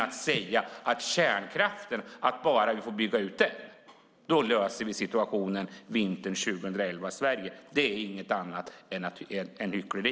Att säga att bara vi får bygga ut kärnkraften löser vi situationen vintern 2011 i Sverige är inget annat än hyckleri.